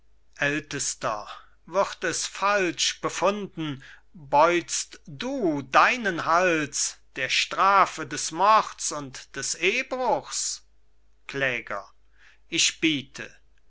ältester würd es falsch befunden beutst du deinen hals der strafe des mords und des ehebruchs kläger ich biete